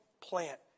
plant